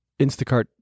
Instacart